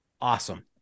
awesome